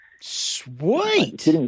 Sweet